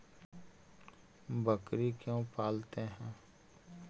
बकरी क्यों पालते है?